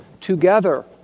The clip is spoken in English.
together